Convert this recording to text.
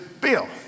Bill